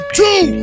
two